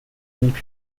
and